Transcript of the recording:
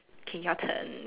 K your turn